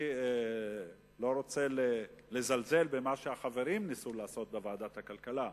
אני לא רוצה לזלזל במה שהחברים ניסו לעשות בוועדת הכלכלה,